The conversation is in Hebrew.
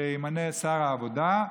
שימנה שר העבודה,